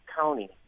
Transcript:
County